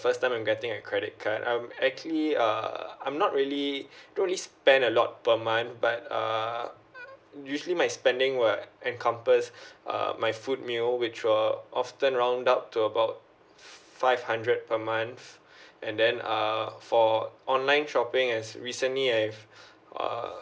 first time I'm getting a credit card I'm actually uh I'm not really truly spend a lot per month but uh usually my spending will encompass err my food meal with uh often round up to about five hundred per month and then err for online shopping as recently I've uh